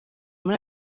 muri